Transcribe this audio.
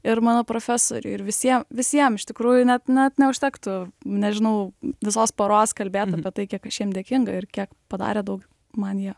ir mano profesoriui ir visiem visiem iš tikrųjų net net neužtektų nežinau visos poros kalbėt apie tai kiek aš jiem dėkinga ir kiek padarė daug man jie